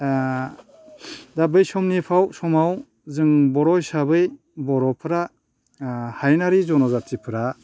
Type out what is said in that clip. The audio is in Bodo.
दा बे समफोराव समाव जों बर' हिसाबै बर'फोरा हायेनारि जनजाथिफोरा